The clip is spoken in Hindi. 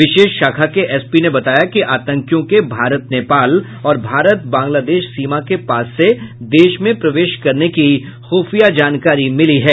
विशेष शाखा के एसपी ने बताया कि आतंकियों के भारत नेपाल और भारत बांग्लादेश सीमा के पास से देश में प्रवेश करने की खुफिया जानकारी मिली है